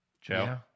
joe